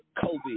Kobe